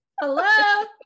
hello